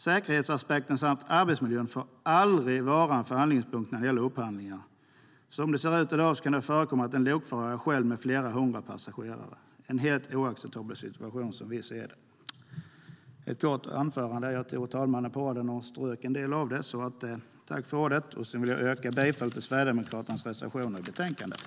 Säkerhetsaspekten samt arbetsmiljön får aldrig vara en förhandlingspunkt när det gäller upphandlingar. Som det ser ut i dag kan det förekomma att en lokförare är ensam med flera hundra passagerare. Det är en helt oacceptabel situation, som vi ser det. Jag vill yrka bifall till Sverigedemokraternas reservationer i betänkandet.